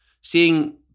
seeing